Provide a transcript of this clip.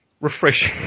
refreshing